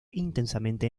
intensamente